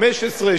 15,